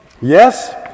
yes